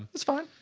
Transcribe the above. it's fine.